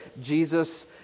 Jesus